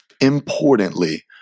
importantly